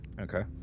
Okay